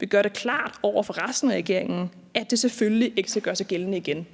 vil gøre det klart for resten af regeringen, at det selvfølgelig ikke skal gøre sig gældende igen.